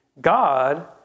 God